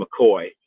McCoy